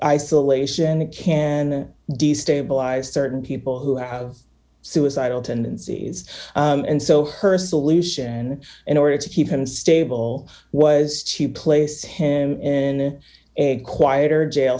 isolation it can destabilize certain people who have suicidal tendencies and so her solution in order to keep him stable was to place him in a quieter jail